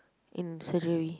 in surgery